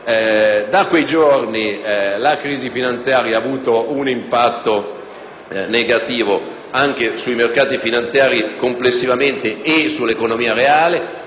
Da quei giorni la crisi finanziaria ha avuto un impatto negativo anche sui mercati finanziari complessivamente e sull'economia reale.